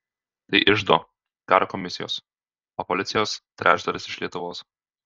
tai iždo karo komisijos o policijos trečdalis iš lietuvos